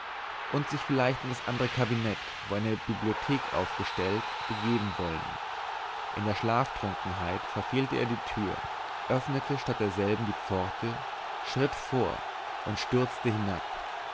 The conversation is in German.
und sich vielleicht in das andere kabinett wo eine bibliothek aufgestellt begeben wollen in der schlaftrunkenheit verfehlte er die tür öffnete statt derselben die pforte schritt vor und stürzte hinab